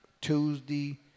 Tuesday